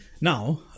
Now